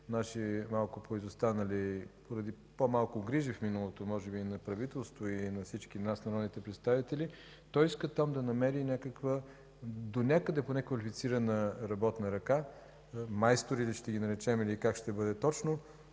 наши малко поизостанали поради по-малко грижи в миналото райони – може би на правителства и на народните представители, той иска там да намери донякъде поне квалифицирана работна ръка – майстори ли ще ги наречем, или как ще бъде точно.